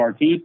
RT